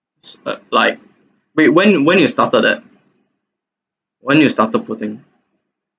uh like when when you when you started that when you started putting